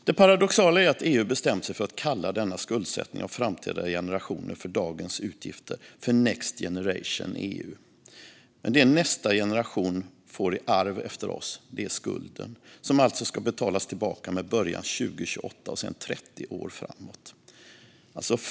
Det paradoxala är att EU har bestämt sig för att kalla denna skuldsättning av framtida generationer för dagens utgifter för Next Generation EU. Men det nästa generation får i arv efter oss är skulden, som alltså ska betalas tillbaka med början 2028 och sedan 30 år framåt.